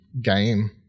game